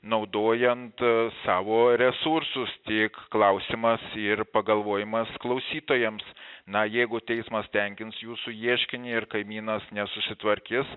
naudojant savo resursus tik klausimas ir pagalvojimas klausytojams na jeigu teismas tenkins jūsų ieškinį ir kaimynas nesusitvarkys